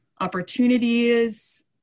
opportunities